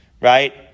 right